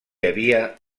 havia